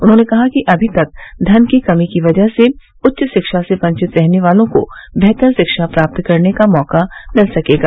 उन्होंने कहा कि अभी तक धन की कमी की वजह से उच्च शिक्षा से वंचित रहने वालों को बेहतर शिक्षा प्राप्त करने का मौका मिल सकेगा